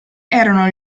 erano